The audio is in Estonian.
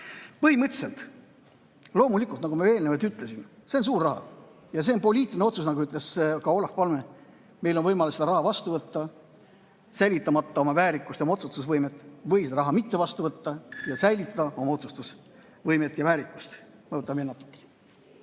Põhimõtteliselt, loomulikult, nagu ma eelnevalt ütlesin, see on suur raha ja see on poliitiline otsus, nagu ütles ka Olof Palme. Meil on võimalus see raha vastu võtta, säilitamata oma väärikust, oma otsustusvõimet, ja ka seda raha mitte vastu võtta ja säilitada oma otsustusvõime ja väärikus. Ma võtan veel